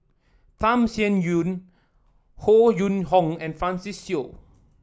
Tham Sien Yen Howe Yoon Chong and Francis Seow